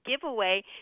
giveaway